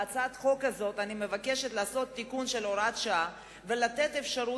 בהצעת חוק הזאת אני מבקשת לתקן הוראת שעה ולתת אפשרות